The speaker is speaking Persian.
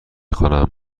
خوانم